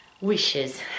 wishes